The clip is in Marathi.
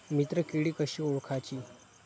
मित्र किडी कशी ओळखाची?